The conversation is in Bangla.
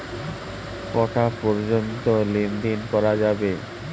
কটা পর্যন্ত লেন দেন করা যাবে?